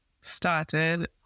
started